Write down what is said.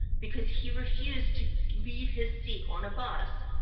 because he refused to leave his seat on a bus.